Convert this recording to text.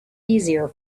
easier